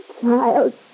child